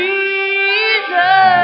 Jesus